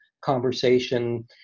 conversation